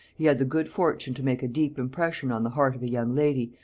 he had the good fortune to make a deep impression on the heart of a young lady,